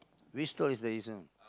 which story is the Isawaran